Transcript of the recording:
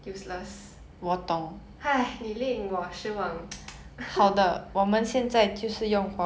useless 你令我失望